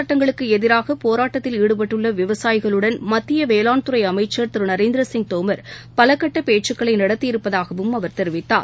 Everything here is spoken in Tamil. சட்டங்களுக்குஎதிராகபோராட்டத்தில் வேளான் ஈடுபட்டுள்ளவிவசாயிகளுடன் மத்தியவேளாண்துறைஅமைச்சள் திருநரேந்திரசிங் தோமர் பலகட்டபேச்சுக்களைநடத்தி இருப்பதாகவும் அவர் தெரிவித்தார்